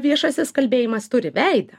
viešasis kalbėjimas turi veidą